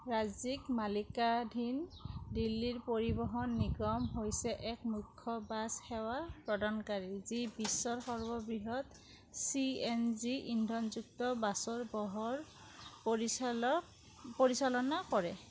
ৰাজ্যিক মালিকাধীন দিল্লীৰ পৰিবহণ নিগম হৈছে এক মুখ্য বাছ সেৱা প্ৰদানকাৰী যি বিশ্বৰ সৰ্ববৃহৎ চি এন জি ইন্ধনযুক্ত বাছৰ বহৰ পৰিচালক পৰিচালনা কৰে